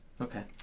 Okay